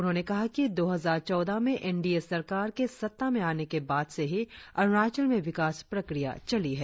उन्होंने कहा कि दो हजार चौदह में एन डी ए सरकार के सत्ता में आने के बाद से ही अरुणाचल में विकास प्रक्रिया चली है